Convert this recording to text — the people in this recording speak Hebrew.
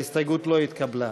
ההסתייגות לא התקבלה.